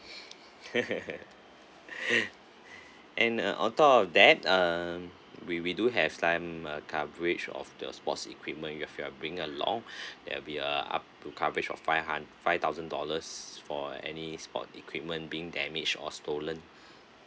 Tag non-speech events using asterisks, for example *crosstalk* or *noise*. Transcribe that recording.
*laughs* and uh on top of that um we we do have some uh coverage of the sports equipment you've you're bring along *breath* that will be uh up to coverage of five hund~ five thousand dollars for any sport equipment being damage or stolen *breath*